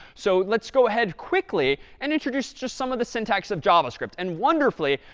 so let's go ahead quickly and introduce just some of the syntax of javascript. and wonderfully,